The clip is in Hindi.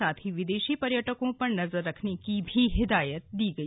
साथ ही विदेशी पर्यटकों पर नजर रखने की हिदायत दी गई